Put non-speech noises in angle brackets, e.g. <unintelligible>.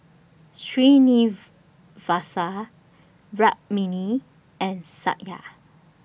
<unintelligible> Rukmini and Satya